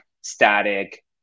static